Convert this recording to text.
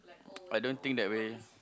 I don't think that way